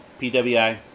PWI